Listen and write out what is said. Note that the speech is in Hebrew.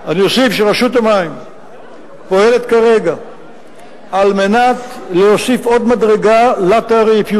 אני אוסיף שרשות המים פועלת כרגע להוסיף עוד מדרגה לתעריף.